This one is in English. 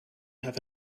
have